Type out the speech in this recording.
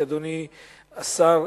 שאדוני השר,